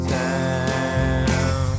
time